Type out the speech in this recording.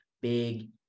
big